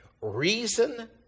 Reason